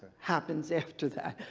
happens after that.